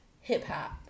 hip-hop